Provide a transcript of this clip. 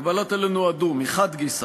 הגבלות אלו נועדו, מחד גיסא,